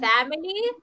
family